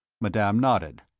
madame nodded.